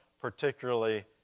particularly